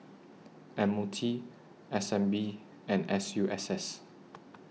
M O T S N B and S U S S